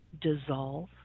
dissolve